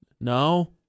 No